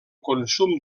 consum